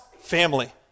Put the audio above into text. family